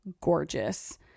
gorgeous